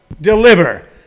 Deliver